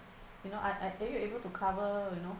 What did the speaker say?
you know I I a~ you able to cover you know